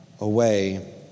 away